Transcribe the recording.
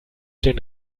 den